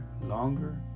longer